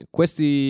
Questi